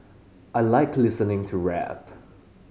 I like listening to rap